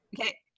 Okay